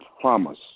promise